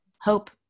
hope